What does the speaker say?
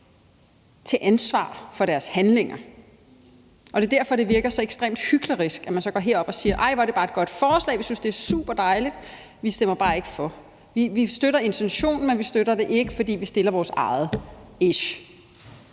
til ansvar for deres handlinger. Og det er derfor, at det virker så ekstremt hyklerisk, at man så går herop og siger: Hvor er det bare et godt forslag, vi synes, det er superdejligt, men vi stemmer bare ikke for; vi støtter intentionen, men vi støtter det ikke, fordi vi fremsætter vores eget